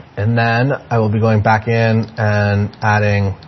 and then i will be going back in and adding